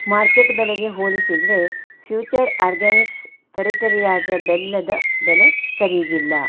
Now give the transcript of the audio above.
market ಬೆಲೆಗೆ ಹೋಲಿಸಿದರೆ Future Organics ತರಿತರಿಯಾದ ಬೆಲ್ಲದ ಬೆಲೆ ಸರೀಗಿಲ್ಲ